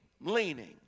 leaning